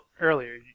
earlier